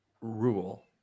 Rule